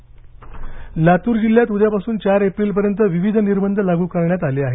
लातूर् लातूर जिल्ह्यात उद्यापासून चार एप्रिलपर्यंत विविध निर्बंध लागू करण्यात आले आहेत